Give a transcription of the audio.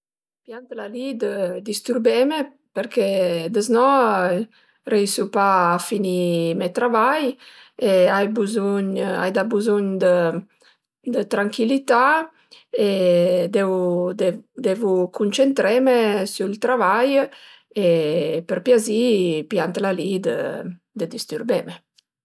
Piantla li dë distürbene përché dëzno riesu pa a finì me travai e ai buzugn ai da buzugn dë tranchilità e deu devu cuncentreme sül travai e për piazì piantla li dë distürbeme